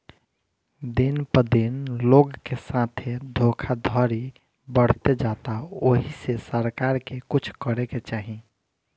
दिन प दिन लोग के साथे धोखधड़ी बढ़ते जाता ओहि से सरकार के कुछ करे के चाही